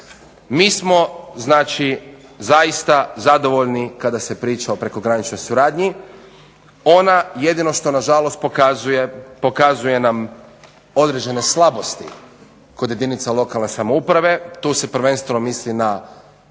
Mi smo znači zaista zadovoljni kada se priča o prekograničnoj suradnji. Ona jedino što nažalost pokazuje, pokazuje nam određene slabosti kod jedinica lokalne samouprave. Tu se prvenstveno misli na